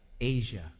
Asia